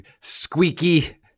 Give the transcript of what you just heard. squeaky